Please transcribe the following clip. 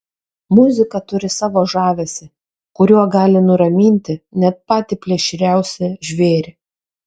muzika turi savo žavesį kuriuo gali nuraminti net patį plėšriausią žvėrį